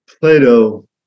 Plato